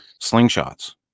slingshots